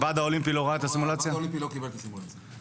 הוועד האולימפי לא קיבל את הסימולציה.